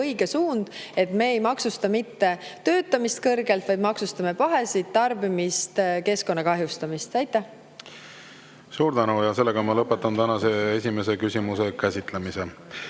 õige suund, et me ei maksusta mitte töötamist kõrgelt, vaid maksustame pahesid, tarbimist, keskkonna kahjustamist. Suur tänu! Lõpetan tänase esimese küsimuse käsitlemise.